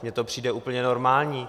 Mně to přijde úplně normální.